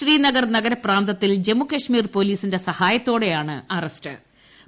ശ്രീനഗർ നഗര പ്രാന്തത്തിൽ ജമ്മുകശ്മീർ പൊലീസിന്റെ സഹായത്തോടെയാണ് അറസ്റ്റ് ചെയ്തത്